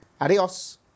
Adios